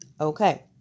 Okay